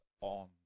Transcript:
on